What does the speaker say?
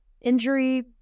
injury